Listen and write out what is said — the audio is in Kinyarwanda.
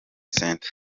centre